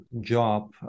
job